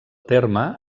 terme